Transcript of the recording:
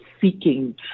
seeking